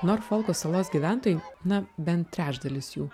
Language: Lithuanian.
norfolko salos gyventojai na bent trečdalis jų